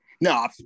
no